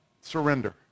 surrender